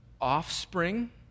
offspring